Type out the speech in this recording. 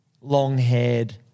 long-haired